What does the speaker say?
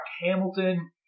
Hamilton